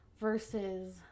versus